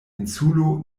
insulo